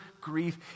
grief